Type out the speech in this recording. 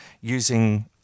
using